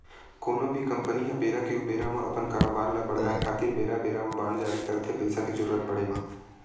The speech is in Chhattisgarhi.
कोनो भी कंपनी ह बेरा के ऊबेरा म अपन कारोबार ल बड़हाय खातिर बेरा बेरा म बांड जारी करथे पइसा के जरुरत पड़े म